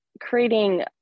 creating